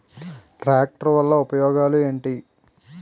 Tractor వల్ల ఉపయోగాలు ఏంటీ?